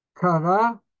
Kara